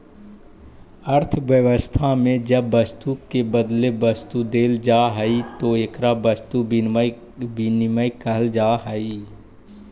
अर्थव्यवस्था में जब वस्तु के बदले वस्तु देल जाऽ हई तो एकरा वस्तु विनिमय कहल जा हई